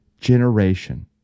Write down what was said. generation